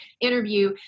interview